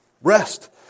rest